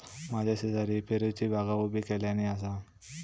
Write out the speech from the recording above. माझ्या शेजारी पेरूची बागा उभी केल्यानी आसा